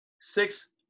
Six